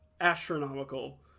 astronomical